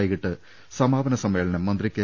വൈകിട്ട് സമാപന സമ്മേ ളനം മന്ത്രി കെ